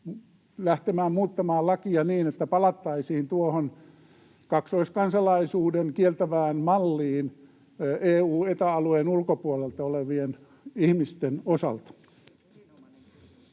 lähtemään muuttamaan lakia niin, että palattaisiin tuohon kaksoiskansalaisuuden kieltävään malliin EU-, Eta-alueen ulkopuolelta olevien ihmisten osalta?